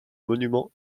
monuments